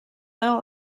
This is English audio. all